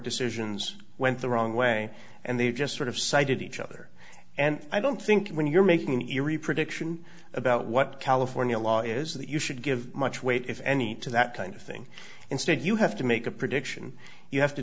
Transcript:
decisions went the wrong way and they just sort of cited each other and i don't think when you're making an eerie prediction about what california law is that you should give much weight if any to that kind of thing instead you have to make a prediction you have to